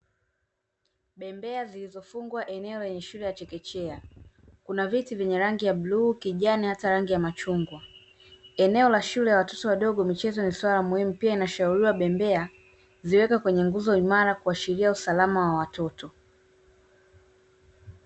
Bembea zilizofungwa eneo lenye shule ya chekechea, kuna viti vyenye rangi ya bluu, kijani hata rangi ya machungwa. Eneo la shule ya watoto wadogo michezo ni suala muhimu pia inashauriwa bembea, ziwekwe kwenye nguzo imara kuashiria usalama wa watoto.